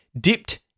dipped